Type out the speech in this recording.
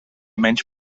menys